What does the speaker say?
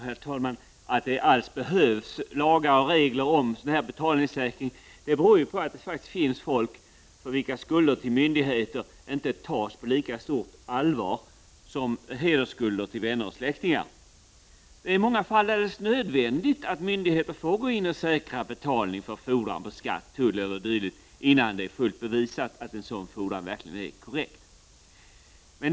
Herr talman! Att det alls behövs lagar och regler om betalningssäkring beror ju på att det finns folk för vilka skulder till myndigheter inte tas på lika stort allvar som hedersskulder till vänner och släktingar. Det är i många fall alldeles nödvändigt att myndigheter får gå in och säkra betalning för fordran på skatt, tull eller dylikt innan det är fullt bevisat att en sådan fordran verkligen är korrekt.